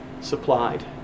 supplied